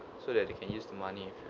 so that you can use the money in